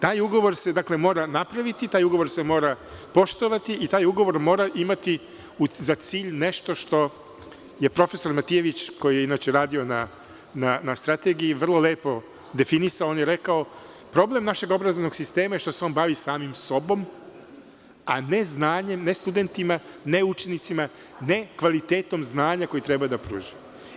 Taj ugovor se dakle, mora napraviti, taj ugovor se mora poštovati i taj ugovor mora imati za cilj nešto što je profesor Matijević koji je inače radio na strategiji vrlo lepo definisao, on je rekao - problem naše obrazovnog sistema je što se on bavi samim sobom, a ne znanjem, ne studentima, ne učenicima, ne kvalitetom znanja koji treba da pruži.